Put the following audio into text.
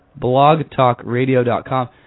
blogtalkradio.com